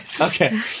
Okay